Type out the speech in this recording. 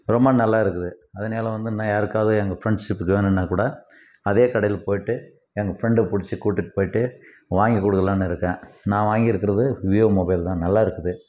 ரொம்ப நல்லாயிருக்குது அதனால வந்து இன்னும் யாருக்காவது எங்கள் ஃப்ரெண்ட்ஸுக்கு வேணும்னா கூட அதே கடையில் போய்ட்டு எங்கள் ப்ரெண்டை பிடிச்சி கூட்டிகிட்டு போய்ட்டு வாங்கிக் கொடுக்கலான்னு இருக்கேன் நான் வாங்கிருக்கிறது விவோ மொபைல் தான் நல்லாயிருக்குது